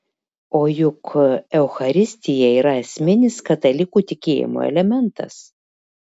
o juk eucharistija yra esminis katalikų tikėjimo elementas